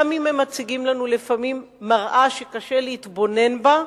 גם אם הם מציגים לנו לפעמים מראה שקשה להתבונן בה,